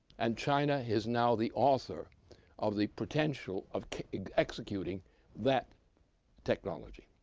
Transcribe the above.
and china is now the author of the potential of executing that technology.